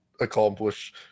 accomplish